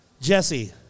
Jesse